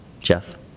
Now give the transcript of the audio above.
Jeff